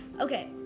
Okay